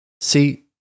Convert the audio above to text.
See